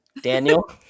daniel